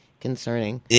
concerning